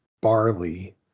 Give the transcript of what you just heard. barley